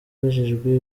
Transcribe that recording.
abajijwe